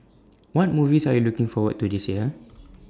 what movies are you looking forward to this year